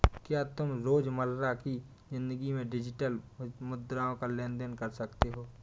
क्या तुम रोजमर्रा की जिंदगी में डिजिटल मुद्राओं का लेन देन कर सकते हो?